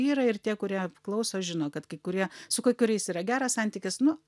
yra ir tie kurie klauso žino kad kai kurie su kai kuriais yra geras santykis nu